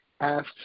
asked